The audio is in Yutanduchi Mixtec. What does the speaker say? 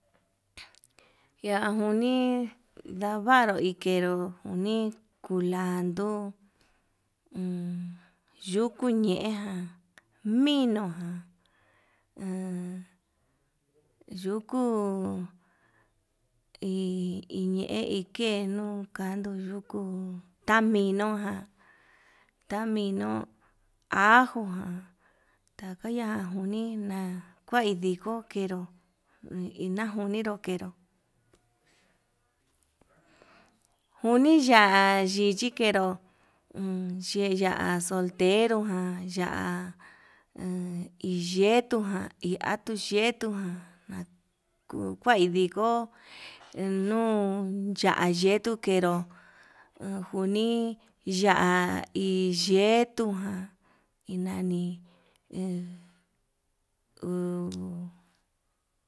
Yajuni ndavaru ikeru uni kulandu uun yuku ñeján mino ján he yuku iñee ikenuu unkandu yukú tamino ján, tamino ajó jan yakaya kuni na kuai ndiko keró ni ina juninró kenró, juni ya'á yichi kenró un ye ya'á soltero ján ya'á he iyetuján iatuyetu ján naku kuai ndiko en nuu ya'á yute kenró enjuni ya'á iyetu jan inani uu.